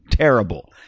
Terrible